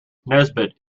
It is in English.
nesbitt